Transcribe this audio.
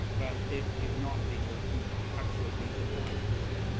but if you're not, then you'll be absolutely denied boarding.